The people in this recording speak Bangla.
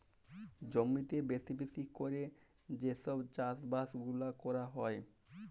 জমিতে বেশি বেশি ক্যরে যে সব চাষ বাস গুলা ক্যরা হ্যয়